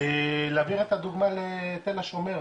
להביא את הדוגמא לתל השומר,